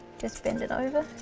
just bend it over.